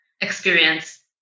experience